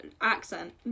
accent